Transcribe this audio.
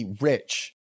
rich